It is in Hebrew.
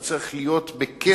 הוא צריך להיות בכסף.